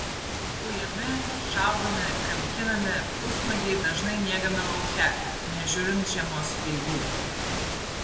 ujami šaudomi kankinami pusnuogiai dažnai miegame lauke nežiūrint žiemos speigų